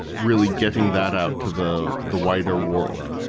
really getting that out to the the wider world.